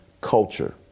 culture